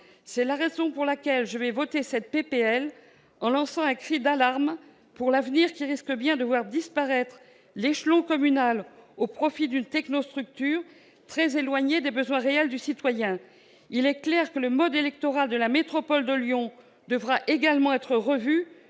cette vision. Aussi voterai-je la proposition de loi, en lançant un cri d'alarme pour l'avenir : nous risquons bien de voir disparaître l'échelon communal au profit d'une technostructure très éloignée des besoins réels du citoyen ! Il est clair que le mode électoral de la métropole de Lyon devra également être revu,